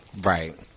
Right